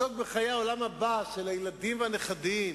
לבד מחצי דקה שיש לך.